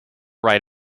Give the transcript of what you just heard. write